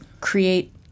create